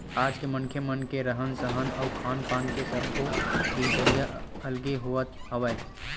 आज के मनखे मन के रहन सहन अउ खान पान के सब्बो दिनचरया अलगे होवत हवय